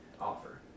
offer